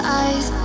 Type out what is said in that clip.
eyes